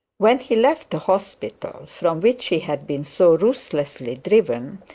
when he left the hospital from which he had been so ruthlessly driven,